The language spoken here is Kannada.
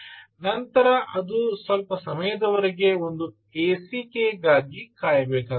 ನಂತರ ಅದು ಸ್ವಲ್ಪ ಸಮಯದವರೆಗೆ ಒಂದು ack ಗಾಗಿ ಕಾಯಬೇಕಾಗುತ್ತದೆ